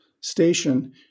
station